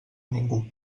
ningú